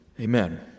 Amen